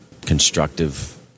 constructive